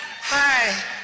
hi